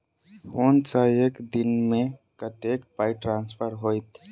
Phone सँ एक दिनमे कतेक पाई ट्रान्सफर होइत?